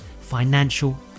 financial